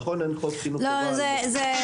נכון שאין חוק חינוך חובה -- לנו זה ברור,